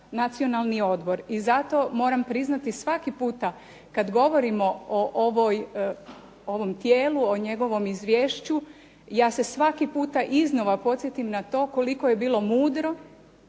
Nacionalni odbor i zato moram priznati svaki puta kad govorimo o ovom tijelu, o njegovom izvješću, ja se svaki puta iznova podsjetim na to koliko je bilo mudro,